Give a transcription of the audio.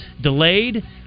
delayed